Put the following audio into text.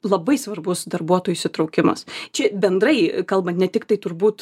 labai svarbus darbuotojų įsitraukimas čia bendrai kalbant ne tiktai turbūt